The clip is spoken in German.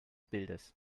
bildes